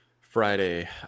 friday